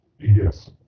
Yes